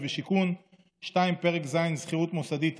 ושיכון); 2. פרק ז' (שכירות מוסדית),